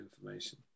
information